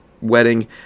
Wedding